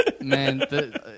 Man